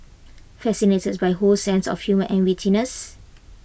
fascinated by Ho's sense of humour and wittiness